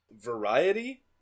Variety